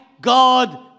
God